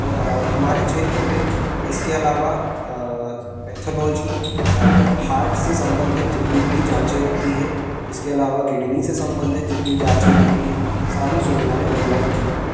और हमारे क्षेत्र में इसके अलावा पैथोलॉजी और हार्ट से संबंधित जितनी भी जाँचें होती हैं इसके अलावा किडनी से सम्बन्धित जितनी जाँचें होती हैं सारी सुविधाएँ उपलब्ध हैं